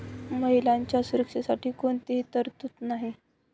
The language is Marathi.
महिलांच्या सुरक्षेसाठी कोणतीही तरतूद नाही